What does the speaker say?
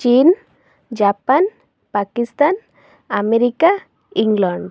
China Japan Pakistan America England